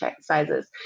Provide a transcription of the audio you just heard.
sizes